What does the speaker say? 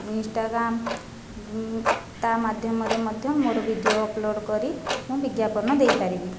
Instagram ତା' ମାଧ୍ୟମରେ ମଧ୍ୟ ମୋ'ର ଭିଡିଓ ଅପଲୋଡ଼ କରି ମୁଁ ବିଜ୍ଞାପନ ଦେଇପାରିବି